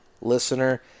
listener